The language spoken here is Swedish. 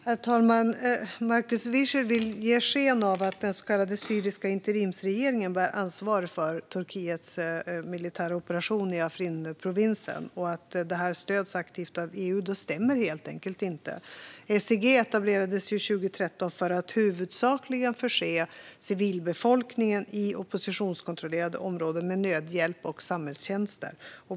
Herr talman! Markus Wiechel vill ge sken av att den så kallade syriska interimsregeringen bär ansvaret för Turkiets militära operation i Afrinprovinsen och att det stöds aktivt av EU. Det stämmer helt enkelt inte. SIG etablerades 2013 för att huvudsakligen förse civilbefolkningen i oppositionskontrollerade områden med nödhjälp och samhällstjänster.